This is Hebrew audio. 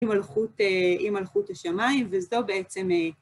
עם מלכות, עם מלכות השמיים, וזו בעצם...